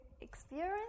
experience